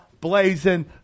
Blazing